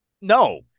No